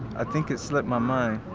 i think it slipped my mind.